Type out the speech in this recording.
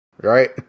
right